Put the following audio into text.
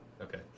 Okay